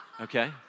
Okay